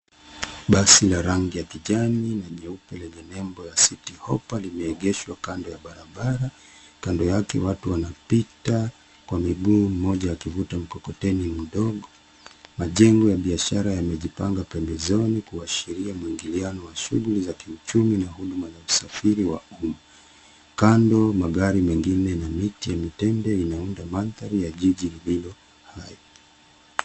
Basi la rangi ya kijani na nyeupe lenye nembo ya citi hopa limeegeshwa kando ya barabara, kando yake watu wanapita kwa miguu mmoja akivuta mkokoteni mdogo . Majengo ya biashara yamejipanga pembezoni kuashiria mwingiliano wa shughuli za kiuchumi na huduma za usafiri wa umma. Kando magari mengine na miti ya mitende inaunda mandhari ya jiji lililo hai.